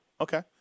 Okay